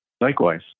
Likewise